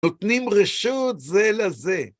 נותנים רשות זה לזה.